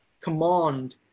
command